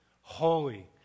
holy